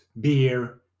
beer